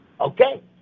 Okay